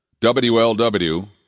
WLW